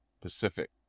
Pacific